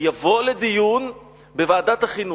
יבוא לדיון בוועדת החינוך.